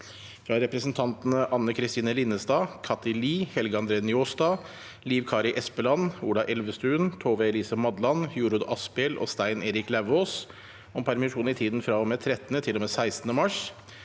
fra representantene Anne Kristine Linnestad, Kathy Lie, Helge André Njåstad, Liv Kari Eskeland, Ola Elvestuen, Tove Elise Madland, Jorodd Asphjell og Stein Erik Lauvås om permisjon 13.–16. mars,